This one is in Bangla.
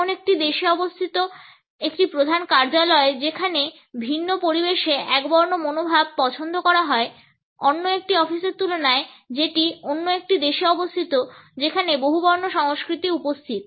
এমন একটি দেশে অবস্থিত একটি প্রধান কার্যালয় যেখানে একটি ভিন্ন পরিবেশে একবর্ণ মনোভাব পছন্দ করা হয় অন্য একটি অফিসের তুলনায় যেটি অন্য একটি দেশে অবস্থিত যেখানে বহুবর্ণ সংস্কৃতি উপস্থিত